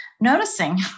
noticing